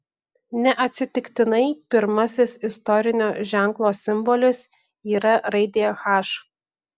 neatsitiktinai pirmasis istorinio ženklo simbolis yra raidė h